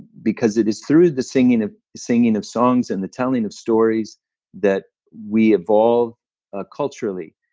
because it is through the singing of singing of songs and the telling of stories that we evolve ah culturally,